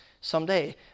someday